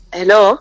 Hello